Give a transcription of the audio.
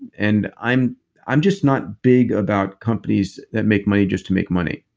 and i'm i'm just not big about companies that make money just to make money.